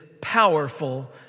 powerful